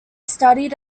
studied